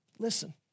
Listen